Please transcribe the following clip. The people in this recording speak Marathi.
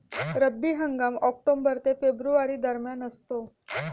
रब्बी हंगाम ऑक्टोबर ते फेब्रुवारी दरम्यान असतो